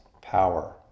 power